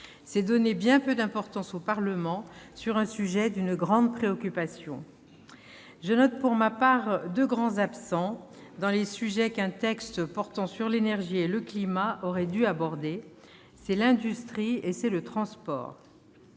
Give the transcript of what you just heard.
C'est donner bien peu d'importance au Parlement sur un sujet qui suscite une si grande préoccupation. Je note pour ma part deux grands absents dans les sujets qu'un texte portant sur l'énergie et le climat aurait dû aborder : l'industrie et le transport.